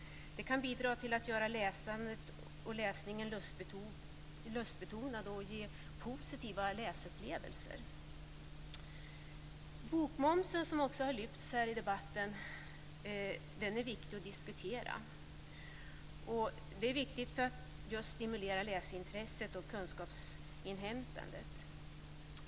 Det kan bidra till att göra läsningen lustbetonad och till att ge positiva läsupplevelser. Bokmomsen, som också har lyfts fram här i debatten, är viktig att diskutera. Den är viktig för att stimulera läsintresset och kunskapsinhämtandet.